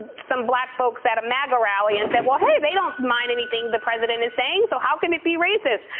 some black folks at a maga rally and said, well, hey, they don't mind anything the president is saying, so how can it be racist?